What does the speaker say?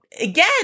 Again